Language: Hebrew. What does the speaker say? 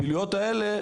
הפעילויות האלה,